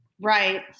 Right